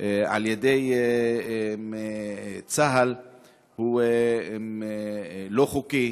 על-ידי צה"ל הוא לא חוקי.